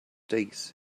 days